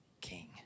King